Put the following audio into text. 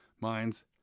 minds